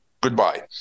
Goodbye